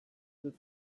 but